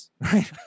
right